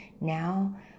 now